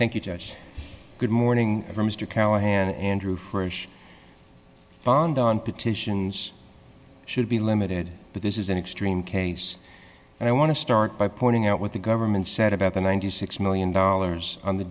thank you judge good morning mr callahan andrew for ish bond on petitions should be limited but this is an extreme case and i want to start by pointing out what the government said about the ninety six million dollars on the